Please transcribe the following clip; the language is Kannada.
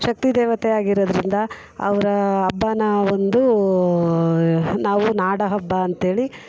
ಶಕ್ತಿದೇವತೆ ಆಗಿರೋದರಿಂದ ಅವರ ಹಬ್ಬನ ಒಂದು ನಾವು ನಾಡ ಹಬ್ಬ ಅಂಥೇಳಿ